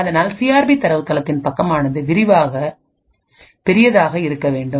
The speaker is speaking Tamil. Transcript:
அதனால்சிஆர்பி தரவுத்தளத்தின் பக்கமானது விரிவாகப் பெரியதாக இருக்க வேண்டும்